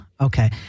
Okay